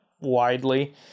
widely